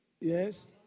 Yes